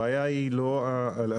הבעיה היא לא התשתיות.